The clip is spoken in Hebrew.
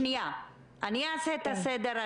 אעשה את הסדר,